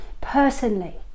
personally